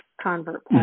convert